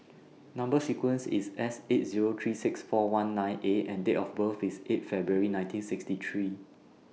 Number sequence IS S eight Zero three six four one nine A and Date of birth IS eight February nineteen sixty three